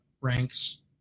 ranks